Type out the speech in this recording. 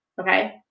Okay